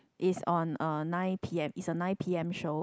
it's on uh nine p_m it's a nine p_m show